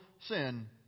sin